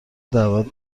دعوت